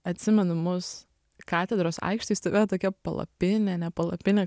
atsimenu mus katedros aikštėj stovėjo tokia palapinė ne palapinė